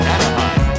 Anaheim